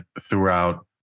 throughout